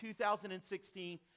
2016